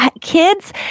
kids